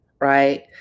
right